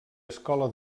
escola